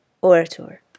orator